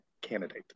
candidate